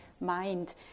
mind